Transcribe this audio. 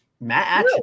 Matt